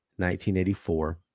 1984